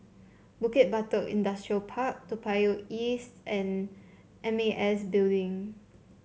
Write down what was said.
Bukit Batok Industrial Park Toa Payoh East and M A S Building